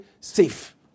safe